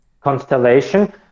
constellation